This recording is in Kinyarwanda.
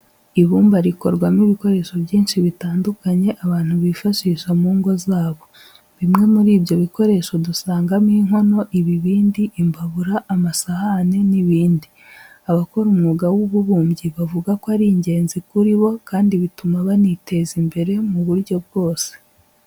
Ibumba rikorwamo ibikoresho byinshi bitandukanye abantu bifashisha mu ngo zabo. Bimwe muri ibyo bikoresho dusangamo inkono, ibibindi, imbabura, amasahane n'ibindi. Abakora umwuga w'ububumbyi bavuga ko ari ingenzi kuri bo kandi bituma baniteza imbere mu buryo bwose.